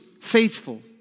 faithful